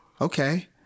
Okay